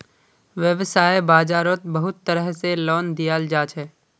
वैव्साय बाजारोत बहुत तरह से लोन दियाल जाछे